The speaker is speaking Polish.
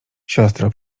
siostro